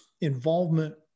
involvement